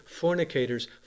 Fornicators